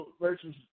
versus